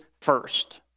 first